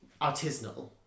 artisanal